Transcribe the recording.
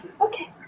Okay